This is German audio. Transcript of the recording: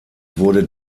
wurde